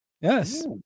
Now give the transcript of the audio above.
Yes